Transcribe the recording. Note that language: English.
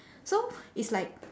so it's like